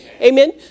Amen